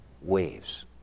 waves